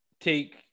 take